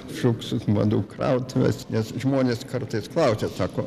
fliuksus madų krautuvės nes žmonės kartais klausia sako